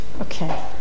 Okay